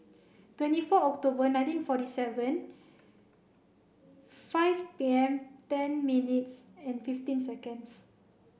twenty four October nineteen forty seven five P M ten minutes and fifteen seconds